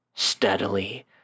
Steadily